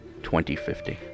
2050